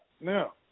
now